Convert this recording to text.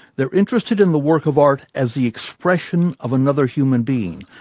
they're interested in the work of art as the expression of another human being,